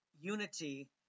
unity